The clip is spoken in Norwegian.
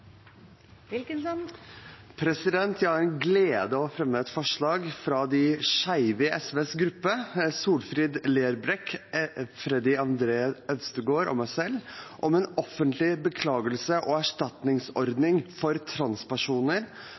Jeg har den glede å fremme et forslag fra de skeive i SVs gruppe, representantene Solfrid Lerbrekk, Freddy André Øvstegård og meg selv, om en offentlig beklagelse og erstatningsordning for transpersoner